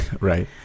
Right